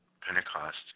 Pentecost